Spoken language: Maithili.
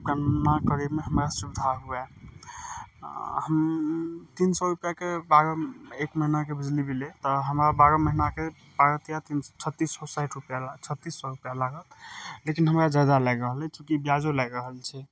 कन्ना करयमे हमरा सुविधा हुअए हम तीन सओ रुपैआके बारह एक महीनाके बिजली भेलय तऽ हमरा बारह महीनाके बारह तिया छत्तीस सओ साठि रुपैआ छत्तीस सओ रुपैआ लागत लेकिन हमरा जादा लागि रहल अछि कि ब्याजो लागि रहल छै